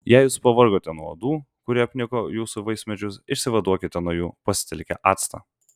jei jūs pavargote nuo uodų kurie apniko jūsų vaismedžius išsivaduokite nuo jų pasitelkę actą